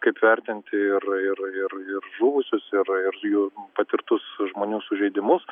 kaip vertinti ir ir ir ir žuvusius ir ir jų patirtus žmonių sužeidimus